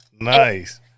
nice